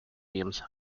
fumes